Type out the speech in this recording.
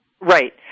Right